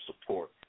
support